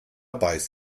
beißt